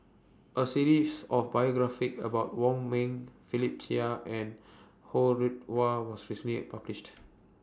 A series of biographies about Wong Ming Philip Chia and Ho Rih Hwa was recently published